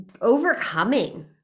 overcoming